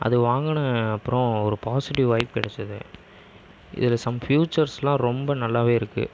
அது வாங்கின அப்புறம் ஒரு பாசிட்டிவ் வைப் கிடைச்சுது இதில் ஸம் ஃப்யூச்சரஸ்லாம் ரொம்ப நல்லாவேயிருக்கு